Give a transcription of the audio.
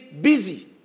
busy